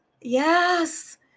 Yes